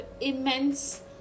immense